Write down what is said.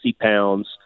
pounds